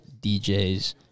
djs